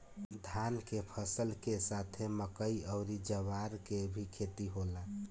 धान के फसल के साथे मकई अउर ज्वार के भी खेती होला